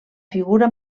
figura